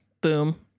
Boom